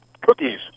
cookies